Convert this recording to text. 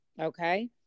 okay